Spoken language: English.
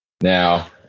Now